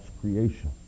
creation